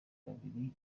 babiri